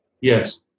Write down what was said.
Yes